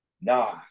Nah